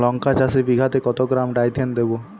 লঙ্কা চাষে বিঘাতে কত গ্রাম ডাইথেন দেবো?